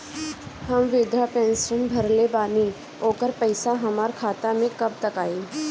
हम विर्धा पैंसैन भरले बानी ओकर पईसा हमार खाता मे कब तक आई?